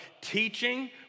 Teaching